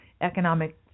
economic